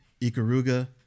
Ikaruga